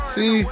See